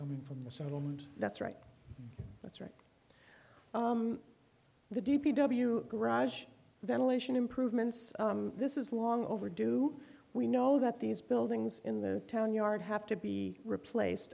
coming from the settlement that's right that's right the d p w garage ventilation improvements this is long overdue we know that these buildings in the town yard have to be replaced